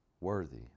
worthy